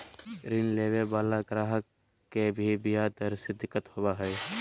ऋण लेवे वाला गाहक के भी ब्याज दर से दिक्कत होवो हय